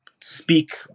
speak